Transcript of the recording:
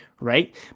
right